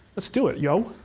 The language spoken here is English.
let's do it, yo.